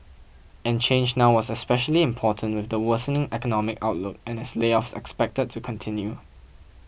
and change now was especially important with the worsening economic outlook and as layoffs expected to continued